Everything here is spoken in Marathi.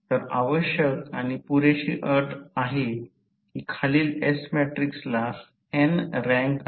तर आवश्यक आणि पुरेशी अट आहे की खालील S मॅट्रिक्सला n रँक आहे